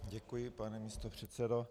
Děkuji, pane místopředsedo.